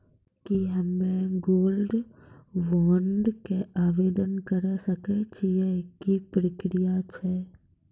की हम्मय gold bond के आवदेन करे सकय छियै, की प्रक्रिया छै?